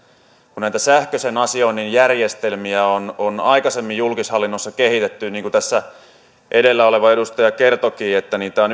kun näitä sähköisen asioinnin järjestelmiä on on aikaisemmin julkishallinnossa kehitetty niin kuin tässä edellä oleva edustaja kertoikin että niitä hankkeita on